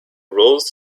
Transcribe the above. roles